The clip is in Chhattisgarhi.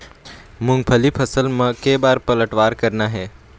मूंगफली फसल म के बार पलटवार करना हे?